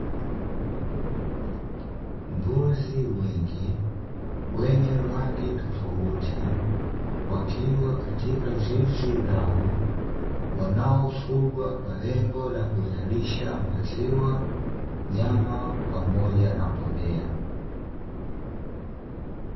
Mbuzi wengi wenye rangi tofauti wakiwa katika zizi lao, wanaofugwa kwa lengo la kuzalisha maziwa, nyama, pamoja na mbolea.